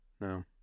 No